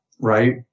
Right